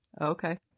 Okay